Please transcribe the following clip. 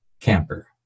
camper